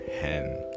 hen